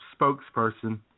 spokesperson